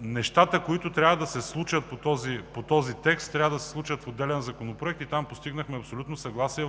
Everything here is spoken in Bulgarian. Нещата, които трябва да се случат по този текст, трябва да се случат в отделен законопроект. В Комисията постигнахме абсолютно съгласие